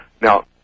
Now